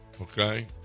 okay